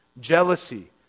jealousy